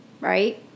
right